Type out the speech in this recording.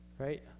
right